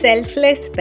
Selfless